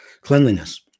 Cleanliness